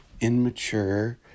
immature